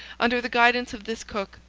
under the guidance of this cook,